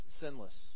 sinless